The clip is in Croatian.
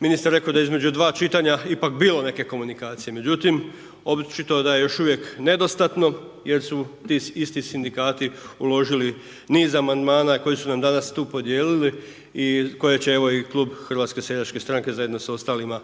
ministar rekao da je između dva čitanja ipak bilo neke komunikacije međutim očito da je još uvijek nedostatno jer su ti isti sindikati uložili niz amandmana koji su nam danas tu podijelili i koje će evo i klub HSS-a zajedno sa ostalima